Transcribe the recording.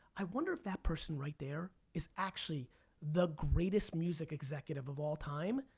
i wonder if that person right there, is actually the greatest music executive of all time,